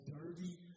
dirty